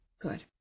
good